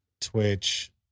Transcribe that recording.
Twitch